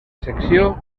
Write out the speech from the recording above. secció